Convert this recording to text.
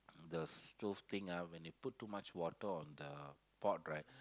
the stove thing ah when you put too much water on the pot right